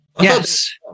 Yes